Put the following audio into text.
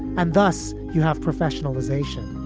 and thus you have professionalization.